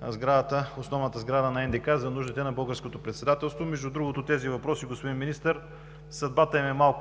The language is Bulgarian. на основната сграда на НДК за нуждите на българското председателство. Между другото, господин Министър, съдбата на